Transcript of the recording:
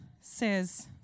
says